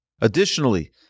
Additionally